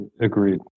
agreed